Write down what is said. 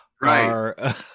Right